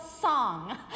song